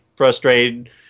frustrated